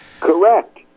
Correct